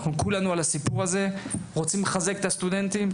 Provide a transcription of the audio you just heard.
כולנו על הסיפור, רוצים לחזק את הסטודנטים.